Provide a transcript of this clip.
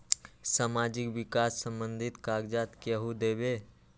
समाजीक विकास संबंधित कागज़ात केहु देबे?